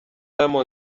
wema